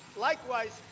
likewise,